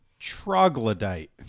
Troglodyte